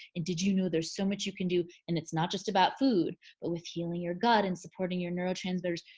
and did you know there's so much you can do and it's not just about food but with healing your gut and supporting your neurotransmitters?